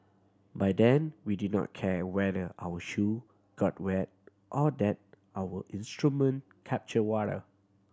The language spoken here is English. by then we didn't care whether our shoe got wet or that our instrument captured water